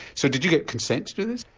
so did you get consent to do this?